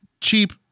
cheap